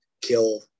kill